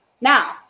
now